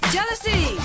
Jealousy